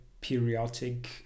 periodic